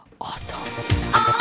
awesome